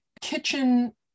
kitchen